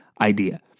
Idea